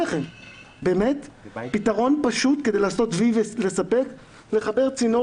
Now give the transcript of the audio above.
באמת פתרון פשוט כדי לספק הוא לחבר צינור